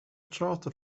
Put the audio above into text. charter